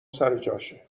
سرجاشه